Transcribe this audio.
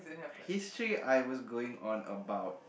history I was going on about